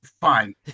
Fine